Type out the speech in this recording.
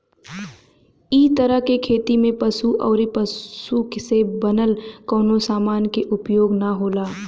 इ तरह के खेती में पशु अउरी पशु से बनल कवनो समान के उपयोग ना होला